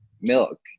milk